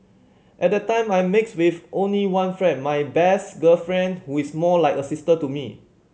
at the time I mixed with only one friend my best girlfriend who is more like a sister to me